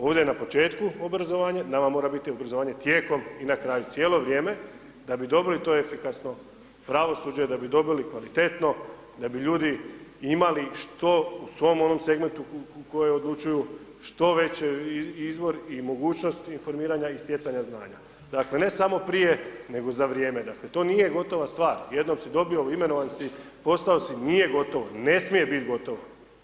Ovdje je na početku obrazovanje, nama mora biti obrazovanje tijekom i na kraju cijelo vrijeme da bi dobili to efikasno pravosuđe, da bi dobili kvalitetno, da bi ljudi imali što u svom onom segmentu koje odlučuju što veći izvor i mogućnost informiranja i stjecanja znanja Dakle ne samo prije nego za vrijeme, dakle to nije gotova stvar, jednom si dobio, imenovan si, postao si, nije gotovo, ne smije biti gotovo.